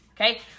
okay